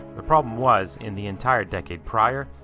the problem was, in the entire decade prior,